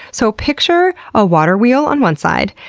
so picture a water wheel on one side,